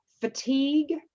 fatigue